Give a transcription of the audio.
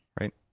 right